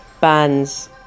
bands